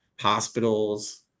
hospitals